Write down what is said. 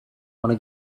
wanna